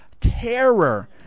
Terror